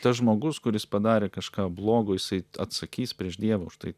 tas žmogus kuris padarė kažką blogo jisai atsakys prieš dievą už tai